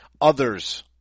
others